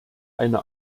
eine